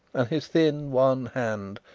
and his thin, wan hand,